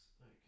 Okay